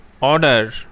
order